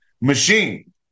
machine